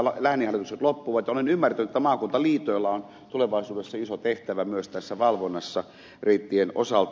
olen ymmärtänyt että maakuntaliitoilla on tulevaisuudessa iso tehtävä myös tässä valvonnassa reittien osalta